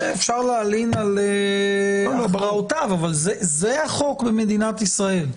ואפשר להלין על הוראותיו אבל זה החוק במדינת ישראל.